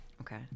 Okay